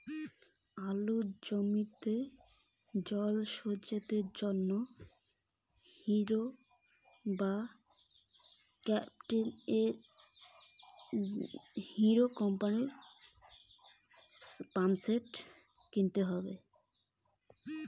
আলুর জমিতে জল সেচের জন্য কোন কোম্পানির পাম্পসেট কিনব?